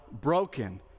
broken